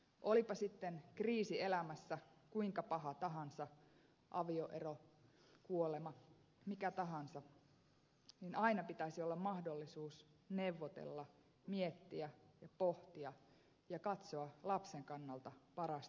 olipa sitten kriisi elämässä kuinka paha tahansa avioero kuolema mikä tahansa niin aina pitäisi olla mahdollisuus neuvotella miettiä ja pohtia ja katsoa lapsen kannalta parasta ratkaisua